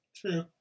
True